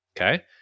okay